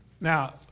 Now